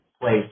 place